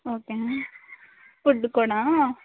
okay food కూడా